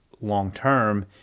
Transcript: long-term